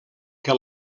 que